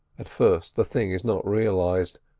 at first the thing is not realised.